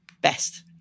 best